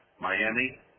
Miami